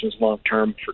long-term